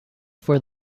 for